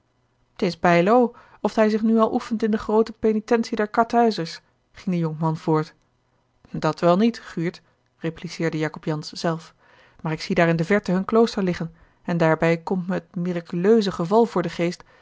t is bijlo oft hij zich nu al oefent in de groote penitentie der karthuizers ging de jonkman voort dat wel niet guurt repliceerde jacob jansz zelf maar ik zie daar in de verte hun klooster liggen en daarbij komt me het miraculeuse geval voor den geest